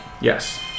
Yes